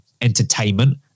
entertainment